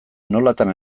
nolatan